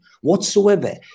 whatsoever